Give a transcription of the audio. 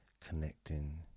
connecting